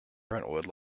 brentwood